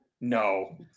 No